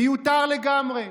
זה מיותר לגמרי.